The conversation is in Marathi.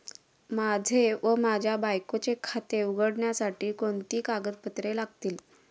माझे व माझ्या बायकोचे खाते उघडण्यासाठी कोणती कागदपत्रे लागतील?